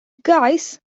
guys